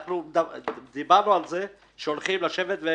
דיברנו על כך שהולכים לשבת.